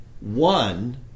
one